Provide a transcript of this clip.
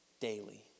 daily